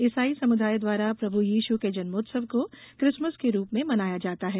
ईसाई समुदाय द्वारा प्रभू यीश के जन्मोत्सव को क्रिसमस के रूप में मनाया जाता है